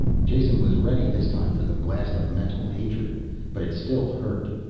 jason was ready this time for the blast of mental hatred but it still hurt.